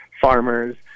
farmers